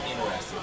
interested